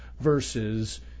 versus